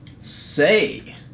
Say